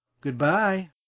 Goodbye